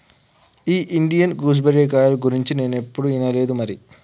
ఈ Indian gooseberry కాయల గురించి నేనేప్పుడు ఇనలేదు మరి